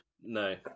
No